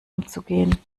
umzugehen